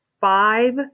five